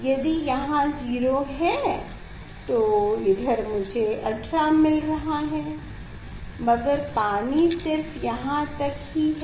यदि यहा 0 है तो इधर मुझे 18 मिल रहा है मगर पानी सिर्फ यहाँ तक ही है